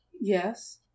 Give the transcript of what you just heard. Yes